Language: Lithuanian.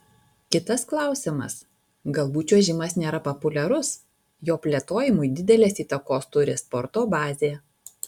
kitas klausimas galbūt čiuožimas nėra populiarus jo plėtojimui didelės įtakos turi sporto bazė